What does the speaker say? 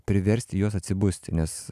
priversti juos atsibusti nes